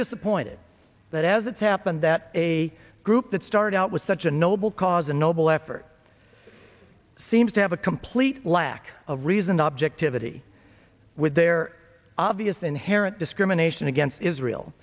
disappointed that as it's happened that a group that started out with such a noble cause a noble effort seems to have a complete lack of reason objectivity with their obvious inherent discrimination against israel